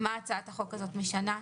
מה הצעת החוק הזאת משנה?